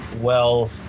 well-